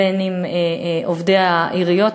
בין אם עובדי העיריות,